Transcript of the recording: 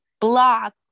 block